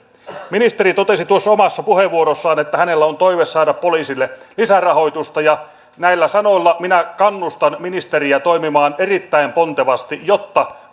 ministeri totesi tuossa omassa puheenvuorossaan että hänellä on toive saada poliisille lisärahoitusta ja näillä sanoilla minä kannustan ministeriä toimimaan erittäin pontevasti jotta